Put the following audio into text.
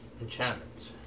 Enchantments